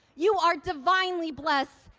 you are divinely blessed,